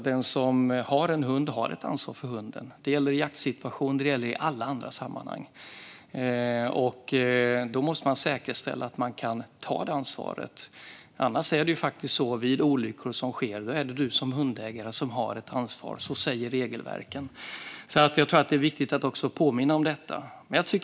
Den som har en hund har ett ansvar för hunden. Det gäller i jaktsituationer, och det gäller i alla andra sammanhang. Då måste man säkerställa att man kan ta det ansvaret. Annars är det så: Vid olyckor som sker är det du som hundägare som har ett ansvar. Så säger regelverken. Jag tror att det är viktigt att också påminna om detta.